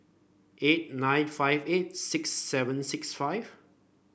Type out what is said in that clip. eight nine five eight six seven six five